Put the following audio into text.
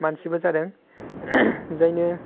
मानसिबो जादों जायनो